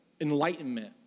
enlightenment